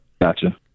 Gotcha